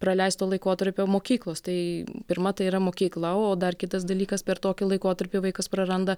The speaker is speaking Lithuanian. praleisto laikotarpio mokyklos tai pirma tai yra mokykla o dar kitas dalykas per tokį laikotarpį vaikas praranda